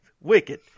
Wicked